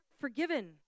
forgiven